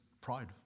pride